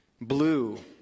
Blue